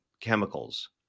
chemicals